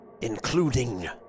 including